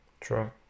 True